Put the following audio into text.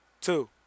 Two